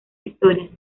historias